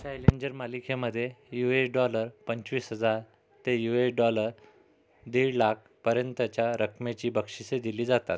Challenger मालिकेमध्ये US dollar पंचवीस हजार ते यूएस डॉलर दीड लाखपर्यंतच्या रकमेची बक्षीसे दिली जातात